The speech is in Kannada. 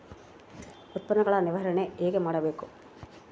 ಉತ್ಪನ್ನಗಳ ನಿರ್ವಹಣೆ ಹೇಗೆ ಮಾಡಬೇಕು?